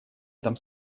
этом